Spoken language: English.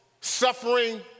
suffering